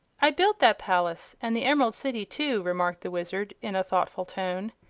i built that palace, and the emerald city, too, remarked the wizard, in a thoughtful tone,